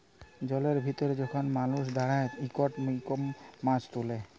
জলের ভিতরে যখল মালুস দাঁড়ায় ইকট ইকট মাছ তুলে